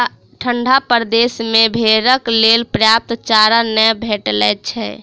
ठंढा प्रदेश मे भेंड़क लेल पर्याप्त चारा नै भेटैत छै